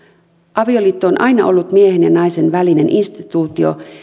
avioliitto on aina ollut miehen ja naisen välinen instituutio